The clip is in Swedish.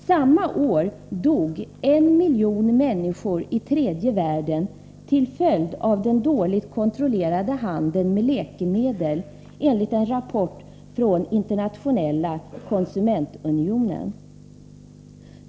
Samma år dog en miljon människor i tredje världen till följd av den dåligt kontrollerade handeln med läkemedel, enligt en rapport från Internationella konsumentunionen.